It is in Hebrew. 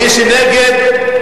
מי שנגד,